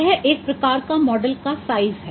यह एक प्रकार का मॉडल का साइज़ है